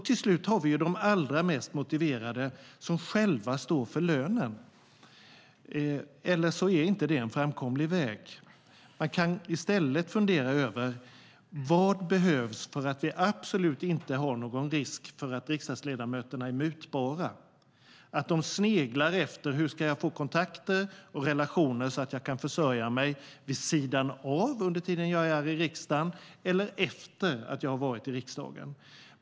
Till slut har vi ju de allra mest motiverade som själva står för lönen. Eller så är det inte en framkomlig väg. Man kan i stället fundera över vad som behövs för att det absolut inte ska vara någon risk för att riksdagsledamöterna blir mutbara, att man sneglar efter hur man ska få kontakter och relationer så att man kan försörja sig vid sidan om under tiden man är i riksdagen eller efter att man har varit i riksdagen.